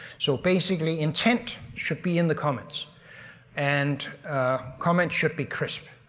so basically intent should be in the comments and comments should be crisp,